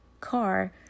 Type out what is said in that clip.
car